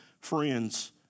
friends